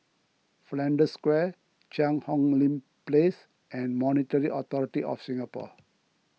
Flanders Square Cheang Hong Lim Place and Monetary Authority of Singapore